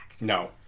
No